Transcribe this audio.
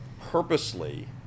purposely